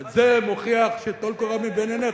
אז זה מוכיח, שטול קורה מבין עיניך.